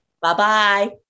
Bye-bye